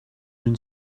une